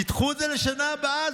תדחו את זה לשנה הבאה.